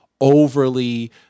overly